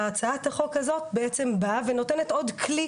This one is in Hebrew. והצעת החוק הזאת באה ונותנת עוד כלי